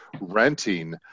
renting